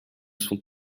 sont